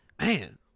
man